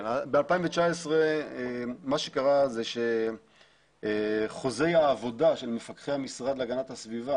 ב-2019 מה שקרה שחוזי העבודה של מפקחי המשרד להגנת הסביבה